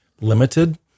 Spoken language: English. limited